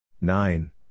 Nine